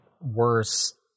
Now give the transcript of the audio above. worse